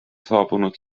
saabunud